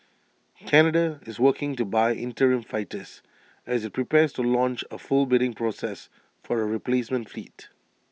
Canada is working to buy interim fighters as IT prepares to launch A full bidding process for A replacement fleet